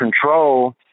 control